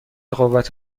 قوت